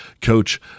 coach